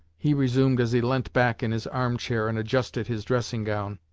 he resumed as he leant back in his arm-chair and adjusted his dressing-gown,